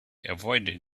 avoided